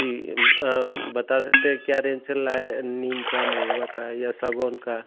जी बता सकते हैं क्या रेंज चल रहा है नीम का महुआ का या सागवान का